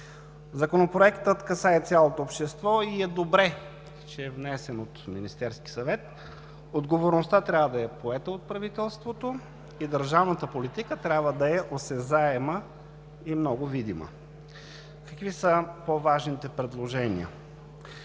Законопроектът касае цялото общество и е добре, че е внесен от Министерския съвет. Отговорността трябва да е поета от правителството и държавната политика трябва да е осезаема и много видима. Какви са по-важните предложения